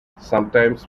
sometimes